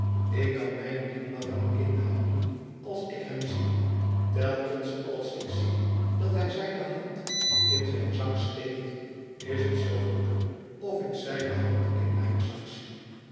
ik kan mij niet langer inhouden als ik hem zie telkens als ik zie dat hij zijne hand in zijn zak steekt is het zoogoed of ik zijne hand in mijn zak zie